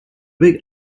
big